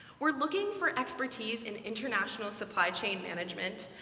we're looking for expertise in international supply-chain management,